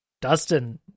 Dustin